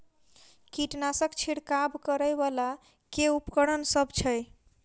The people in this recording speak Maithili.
कीटनासक छिरकाब करै वला केँ उपकरण सब छै?